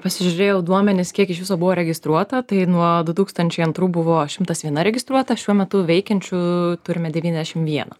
pasižiūrėjau duomenis kiek iš viso buvo registruota tai nuo du tūkstančiai antrų buvo šimtas vienas registruota šiuo metu veikiančių turime devyniasdešimt vieną